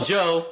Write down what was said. Joe